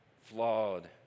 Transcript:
flawed